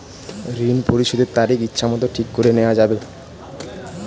ঋণ পরিশোধের তারিখ ইচ্ছামত ঠিক করে নেওয়া যাবে?